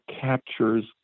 captures